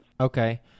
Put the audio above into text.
Okay